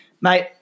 Mate